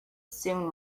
soon